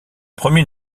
premier